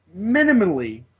minimally